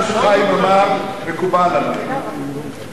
מה שחיים אמר מקובל עלי,